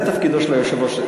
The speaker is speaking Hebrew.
זה תפקידו של היושב-ראש.